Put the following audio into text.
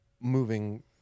moving